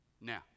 Now